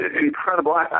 incredible